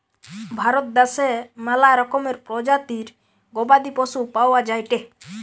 ভারত দ্যাশে ম্যালা রকমের প্রজাতির গবাদি পশু পাওয়া যায়টে